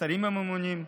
לשרים הממונים.